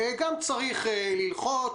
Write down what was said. גם צריך ללחוץ,